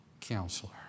Counselor